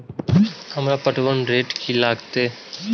हमरा पटवन रेट की लागते?